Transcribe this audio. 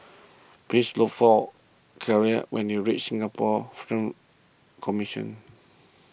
please look for Kyleigh when you reach Singapore Film Commission